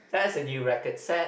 that's a new record set